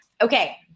okay